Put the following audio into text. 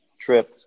trip